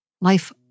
Life